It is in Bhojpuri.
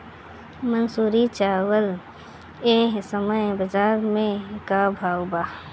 मंसूरी चावल एह समय बजार में का भाव बा?